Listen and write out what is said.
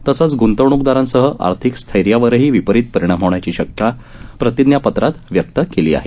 तसंच ग्रंतवणूकदारांसह आर्थिक स्थैर्यावरही विपरीत परिणाम होण्याची शंका प्रतिज्ञापत्रात व्यक्त केली आहे